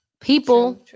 people